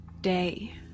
day